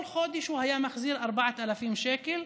כל חודש הוא היה מחזיר 4,000 שקלים.